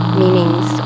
meanings